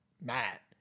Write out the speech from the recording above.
Matt